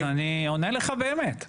אז אני עונה לך באמת.